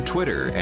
Twitter